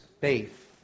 faith